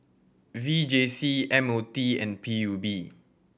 V J C M O T and P U B